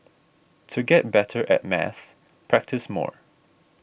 to get better at maths practise more